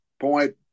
point